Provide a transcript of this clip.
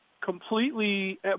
completely